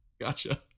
Gotcha